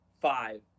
five